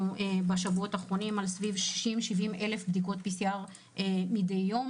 ובשבועות האחרונים יש 70-60 אלף בדיקות PCR מדי יום.